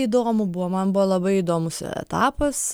įdomu buvo man buvo labai įdomus etapas